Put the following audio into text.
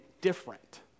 different